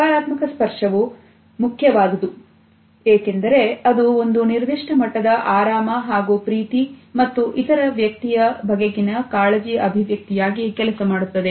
ಸಕಾರಾತ್ಮಕ ಸ್ಪರ್ಶವು ಮುಖ್ಯವಾದದ್ದು ಏಕೆಂದರೆ ಅದು ಒಂದು ನಿರ್ದಿಷ್ಟ ಮಟ್ಟದ ಆರಾಮ ಹಾಗೂ ಪ್ರೀತಿ ಮತ್ತು ಇತರ ವ್ಯಕ್ತಿಯ ಬಗೆಗಿನ ಕಾಳಜಿ ಅಭಿವ್ಯಕ್ತಿಯಾಗಿ ಕೆಲಸ ಮಾಡುತ್ತದೆ